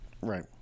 right